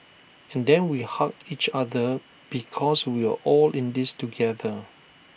and then we hugged each other because we were all in this together